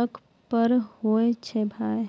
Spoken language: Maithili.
तक पर होय छै भाय